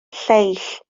lleill